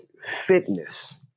fitness